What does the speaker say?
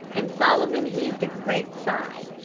and solomon heaved a great sigh,